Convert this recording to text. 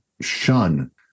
shun